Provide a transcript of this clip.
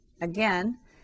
again